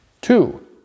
Two